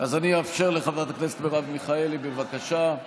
אני אאפשר לחברת הכנסת מרב מיכאלי, בבקשה.